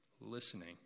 Listening